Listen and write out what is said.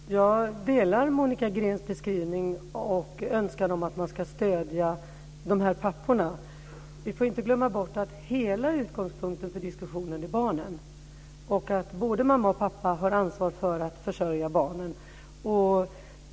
Fru talman! Jag delar Monica Greens beskrivning och önskan om att man ska stödja dessa pappor. Vi får inte glömma bort att hela utgångspunkten för diskussionen är barnen och att både mamma och pappa har ansvar för att försörja barnen.